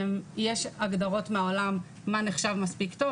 יש הגדרות מהעולם מה נחשב מספיק טוב,